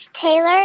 Taylor